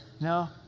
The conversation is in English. No